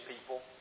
people